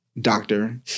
doctor